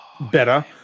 better